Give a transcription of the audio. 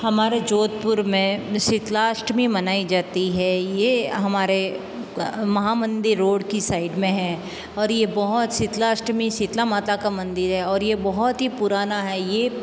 हमारे जोधपुर में शीतला अष्टमी मनाई जाती है ये हमारे महामंदिर रोड की साइड में है और ये बहुत शीतलाष्टमी शीतला माता का मंदिर है और ये बहुत ही पुराना है ये